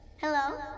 Hello